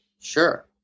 Sure